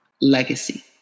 legacy